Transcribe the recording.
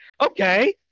okay